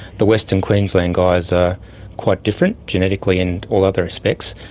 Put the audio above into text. the western queensland guys are quite different genetically and all other respects,